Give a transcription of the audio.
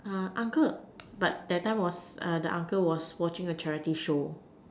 uncle but that time was the uncle was watching the charity show